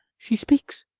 she speaks